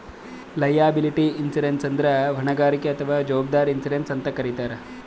liability insurance ಅಂದ್ರ ಹೊಣೆಗಾರಿಕೆ ಅಥವಾ ಜವಾಬ್ದಾರಿ ಇನ್ಶೂರೆನ್ಸ್ ಅಂತ್ ಕರಿತಾರ್